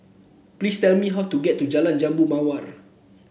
please tell me how to get to Jalan Jambu Mawar